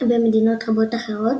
במדינות רבות אחרות,